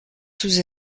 sous